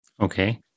okay